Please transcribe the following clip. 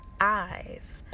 eyes